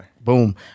boom